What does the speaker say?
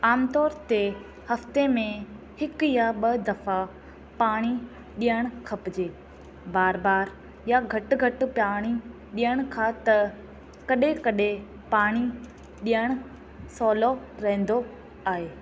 आम तौर ते हफ़्ते में हिकु यां ॿ दफ़ा पाणी ॾियणु खपिजे बार बार यां घटि घटि पाणी ॾियण खां त कॾहिं कॾहिं पाणी ॾियणु सवलो रहंदो आहे